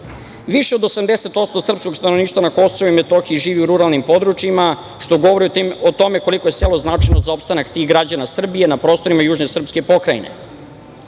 od 80% srpskog stanovništva na Kosovu i Metohiji živi u ruralnim područjima, što govori o tome koliko je selo značajno za opstanak tih građana Srbije na prostorima južne srpske